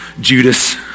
Judas